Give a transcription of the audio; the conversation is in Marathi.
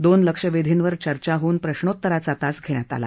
दोन लक्षवेधींवर चर्चा होऊन प्रश्रोत्तराचा तास घेण्यात आला